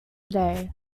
today